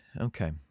Okay